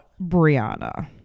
Brianna